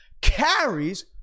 carries